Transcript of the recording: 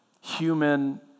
human